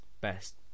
best